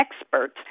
experts